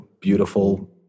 Beautiful